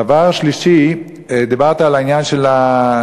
דבר שני, דיברת על העניין של הדיווחים